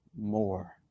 more